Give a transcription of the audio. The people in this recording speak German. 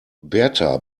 berta